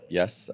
yes